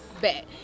Bet